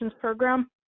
program